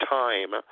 time